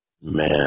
Man